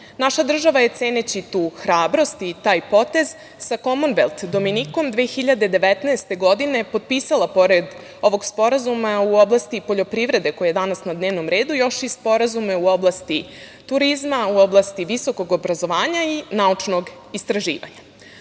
Naša država je ceneći tu hrabrost i taj potez sa Komonvelt Dominikom 2019. godine potpisala pored ovog Sporazuma u oblasti poljoprivrede koji je danas na dnevnom redu još i sporazume u oblasti turizma, u oblasti visokog obrazovanja i naučnog istraživanja. Ovakvi